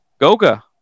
Goga